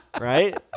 Right